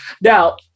Now